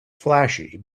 flashy